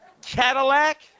Cadillac